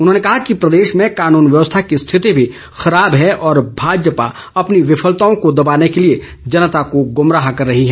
उन्होंने कहा कि प्रदेश में कानून व्यवस्था की स्थिति भी खराब है और भाजपा अपनी विफलताओं को दबाने के लिए जनता को गुमराह कर रही है